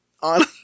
on